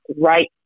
right